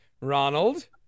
Ronald